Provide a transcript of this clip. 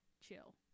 chill